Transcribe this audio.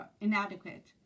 inadequate